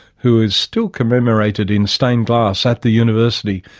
who is still commemorated in stain glass at the university,